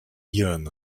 ihren